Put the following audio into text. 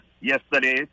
yesterday